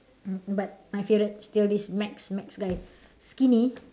but my favourite still this max max guy skinny